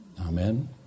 Amen